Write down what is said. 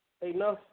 enough